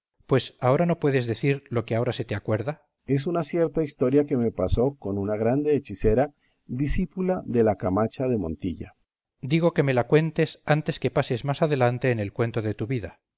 pues ahora no puedes decir lo que ahora se te acuerda berganza es una cierta historia que me pasó con una grande hechicera discípula de la camacha de montilla cipión digo que me la cuentes antes que pases más adelante en el cuento de tu vida